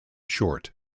short